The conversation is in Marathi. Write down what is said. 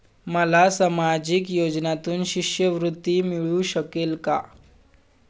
मला सामाजिक योजनेतून शिष्यवृत्ती मिळू शकेल का?